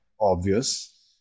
obvious